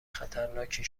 خطرناکی